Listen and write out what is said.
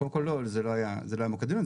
קודם כל, לא, זה לא היה מוקד הדיון.